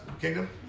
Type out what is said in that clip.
kingdom